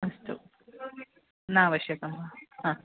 अस्तु नावश्यकं वा हा